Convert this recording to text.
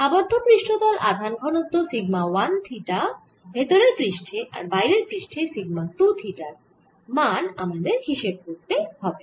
আবদ্ধ পৃষ্ঠতল আধান ঘনত্ব সিগমা 1 থিটা ভেতরের পৃষ্ঠে আর বাইরের পৃষ্ঠে সিগমা 2 থিটার মান আমাদের হিসেব করতে হবে